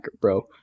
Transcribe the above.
bro